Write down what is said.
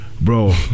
bro